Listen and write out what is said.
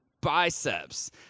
biceps